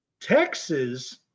Texas